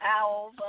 owls